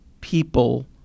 people